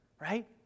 Right